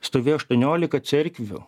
stovėjo aštuoniolika cerkvių